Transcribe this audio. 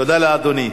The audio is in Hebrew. תודה לאדוני.